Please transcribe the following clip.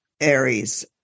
Aries